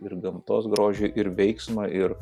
ir gamtos grožį ir veiksmą ir